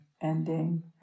ending